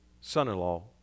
son-in-law